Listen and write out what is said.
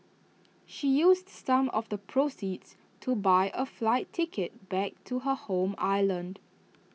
she used some of the proceeds to buy A flight ticket back to her home island